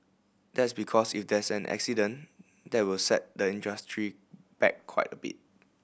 that's because if there is an accident that will set the industry back quite a bit